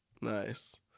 Nice